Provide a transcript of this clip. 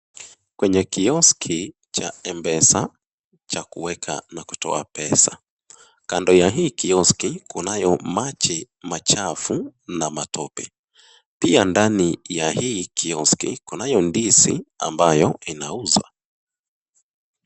Kwenye kioski cha M-PESA cha kuweka na kutoa pesa. Kando ya hii kioski kunayo maji machafu na matope. Pia ndani ya hii kioski kunayo ndizi ambayo inauza.